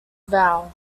vowel